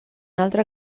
altre